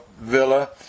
Villa